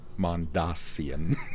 Mondasian